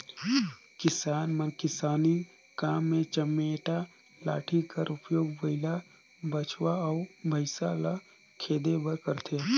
किसान मन किसानी काम मे चमेटा लाठी कर उपियोग बइला, बछवा अउ भइसा ल खेदे बर करथे